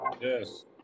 Yes